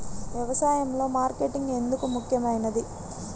వ్యసాయంలో మార్కెటింగ్ ఎందుకు ముఖ్యమైనది?